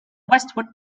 westwood